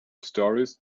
stories